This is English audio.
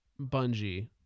Bungie